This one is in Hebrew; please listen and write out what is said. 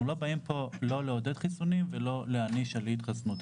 אנחנו לא באים לעודד חיסונים או להעניש על אי-התחסנות.